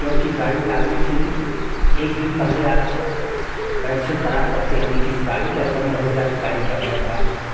क्योंकि गाड़ी आने से एक दिन पहले आप कैंसिल करा सकते हैं लेकिन गाड़ी का समय हो जाय तो गाड़ी का पैसा